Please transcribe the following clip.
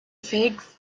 figs